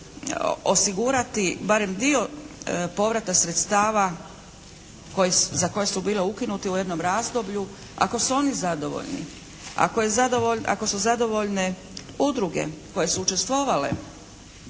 osigurati barem dio povrata sredstava za koja su bili ukinuti u jednom razdoblju, ako su oni zadovoljni, ako su zadovoljne udruge koje su učestvovale